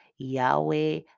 Yahweh